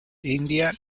india